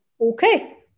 okay